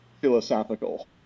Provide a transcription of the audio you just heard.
philosophical